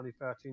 2013